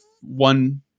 one